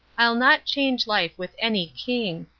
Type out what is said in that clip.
i'll not change life with any king,